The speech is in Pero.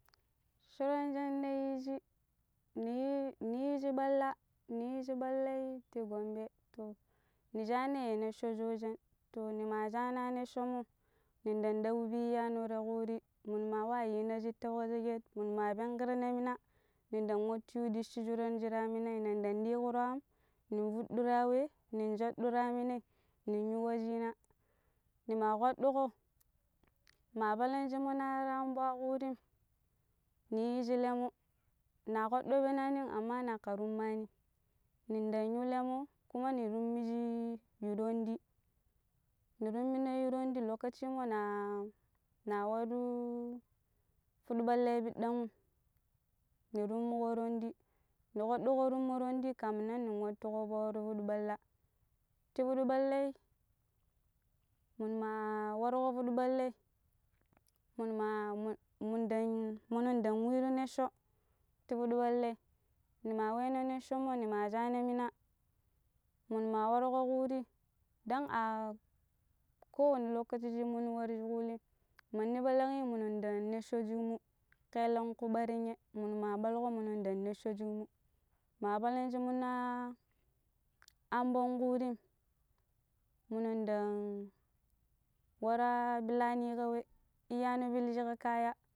shuran shanna yiji ni yi-ni yiji ɓalla ni yiyi ɓallai ti Gombe to ni shana ya neccho shojen, to ni ma shana necchomo nin ɗang ɗaɓu pi iya no ti kuri manu ma wa yina shittau ka sheget nima pengirna mina nin ɗang wattu yu ɗicci shoran jira minen nin ɗang ɗikuru am nin fuɗɗura wei nin swaro yam minai nin yu wacina nima kpaɗɗuko ma palang shi minu ar amɓo kurin ni yiji lemo na kpaɗɗo penanim amma na aƙƙa tummani nin ɗang yu lemo kumo ni tummiji yu tonɗi, ni tummina yu tonɗi lokaci mo na na waro fuɗu ɓallai ɗiɗang mi tummo tonɗi mi kuɗɗu tummo tonɗi kafin nan nin wattu ƙoɓo waro fuɗu ɓalla. Ti fuɗu ɓallai munu ma warko fuɗu ɓallai minin ma mi-mun ɗang munin ɗang yiru neccho ti fuɗu ɓallai ni ma wena neccho mo ni ma shana mina mu nu ma waƙo kuri ɗon a ko wan lokaci shi manu warji kurim manni palang'n minun ɗang neccho shiƙmu kelenku ɓarinye munu ma ɓaluko minun ɗang neccho shiƙmu, ma palang'n shi mununa amɓon kurim munun ɗang wara pilani ka we iyano piliji ka kaya